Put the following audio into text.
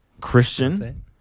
Christian